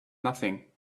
nothing